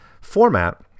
format